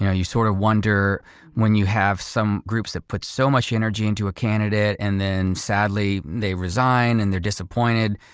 you know, you sort of wonder when you have some groups that put so much energy into a candidate and then sadly they resign, and they're disappointed,